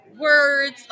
words